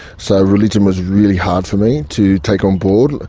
so religion was really hard for me to take on board,